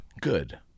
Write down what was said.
Good